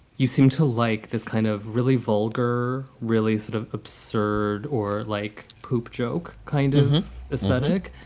you seem to like this kind of really vulgar, really sort of absurd or like poop joke, kind of ascetic.